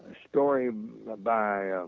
story by